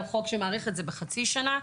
על חוק שמאריך את זה בחצי שנה.